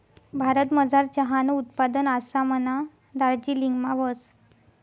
भारतमझार चहानं उत्पादन आसामना दार्जिलिंगमा व्हस